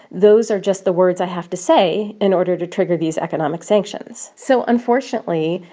those are just the words i have to say in order to trigger these economic sanctions so unfortunately,